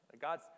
God